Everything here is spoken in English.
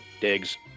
digs